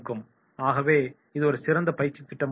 ஆகவே இது ஒரு சிறந்த பயிற்சித் திட்டமுறையாக இருக்கும்